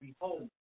behold